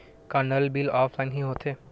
का नल bill offline हि होथे?